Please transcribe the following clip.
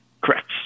Correct